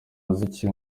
muziki